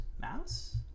Mouse